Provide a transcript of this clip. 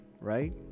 right